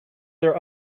their